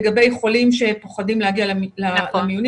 לגבי חולים שפוחדים להגיע לחניונים.